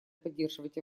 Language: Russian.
поддерживать